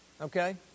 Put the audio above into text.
okay